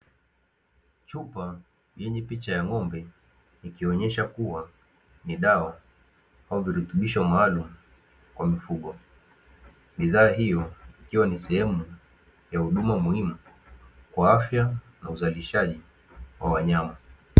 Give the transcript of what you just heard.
Chupa yenye picha ya ng'ombe ikionyesha kuwa ni dawa kwa virutubisho maalumu kwa mifugo, bidhaa hiyo ikiwa ni sehemu ya huduma muhimu kwa afya na uzalishaji wa wanyama.